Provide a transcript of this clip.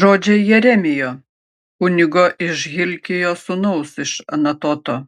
žodžiai jeremijo kunigo hilkijo sūnaus iš anatoto